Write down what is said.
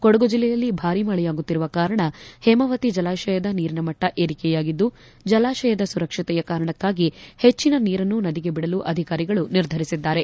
ಕೊಡಗು ಜಲ್ಲೆಯಲ್ಲಿ ಭಾರಿ ಮಳೆಯಾಗುತ್ತಿರುವ ಕಾರಣ ಹೇಮಾವತಿ ಜಲಾಶಯದ ನೀರಿನ ಮಟ್ಟ ಏರಿಕೆಯಾಗಿದ್ದು ಜಲಾಶಯದ ಸುರಕ್ಷತೆಯ ಕಾರಣಕ್ಕಾಗಿ ಹೆಚ್ಚಿನ ನೀರನ್ನು ನದಿಗೆ ಬಿಡಲು ಅಧಿಕಾರಿಗಳು ನಿರ್ಧರಿಸಿದ್ದಾರೆ